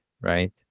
right